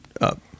up